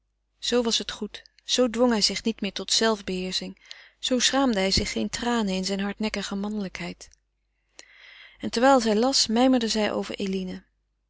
zoo was het goed zoo dwong hij zich niet meer tot zelf beheersching zoo schaamde hij zich geen tranen in zijn hardnekkige mannelijkheid en terwijl zij las mijmerde zij over eline